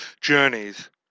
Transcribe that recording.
journeys